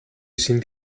sind